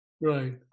right